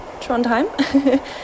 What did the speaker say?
Trondheim